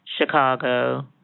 Chicago